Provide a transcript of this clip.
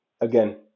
Again